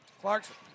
Clarkson